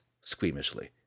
squeamishly